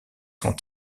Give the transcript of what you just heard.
son